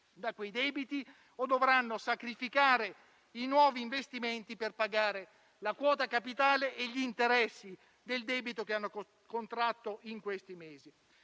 da quei debiti o dovranno sacrificare i nuovi investimenti per pagare la quota capitale e gli interessi del debito che hanno contratto in questi mesi.